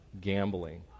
gambling